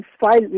file